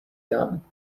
done